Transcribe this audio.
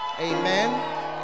Amen